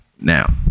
now